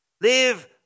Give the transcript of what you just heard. live